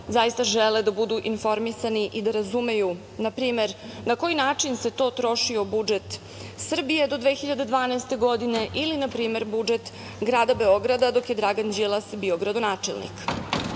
zaista žele da budu informisani i da razumeju, na primer, na koji način se to trošio budžet Srbije do 2012. godine ili, na primer, budžet grada Beograda dok je Dragan Đilas bio gradonačelnik. Ova